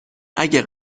اگه